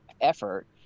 effort